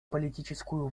политическую